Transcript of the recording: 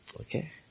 Okay